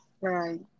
Right